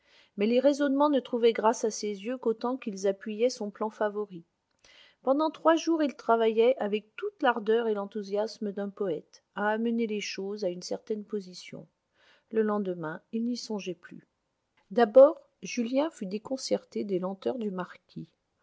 mais les raisonnements ne trouvaient grâce à ses yeux qu'autant qu'ils appuyaient son plan favori pendant trois jours il travaillait avec toute l'ardeur et l'enthousiasme d'un poète à amener les choses à une certaine position le lendemain il n'y songeait plus d'abord julien fut déconcerté des lenteurs du marquis